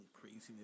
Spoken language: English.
craziness